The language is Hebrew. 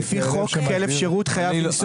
כלב ש --- לפי חוק כלב שירות חייב לנסוע